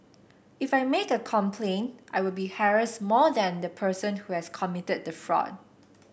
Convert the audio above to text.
if I make a complaint I will be harassed more than the person who has committed the fraud